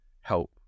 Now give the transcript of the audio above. help